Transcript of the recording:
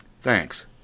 Thanks